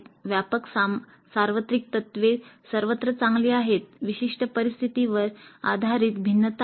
व्यापक सार्वत्रिक तत्त्वे सर्वत्र चांगली आहेत विशिष्ट परिस्थितींवर आधारित भिन्नता आहेत